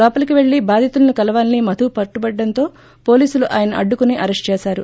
లోపలికి పెళ్ళి బాధితులను కలవాలని మధు పట్టుపట్టడంతో పోలీసులు ఆయన్సు అడ్డుకుని అరెస్టు చేశారు